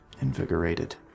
invigorated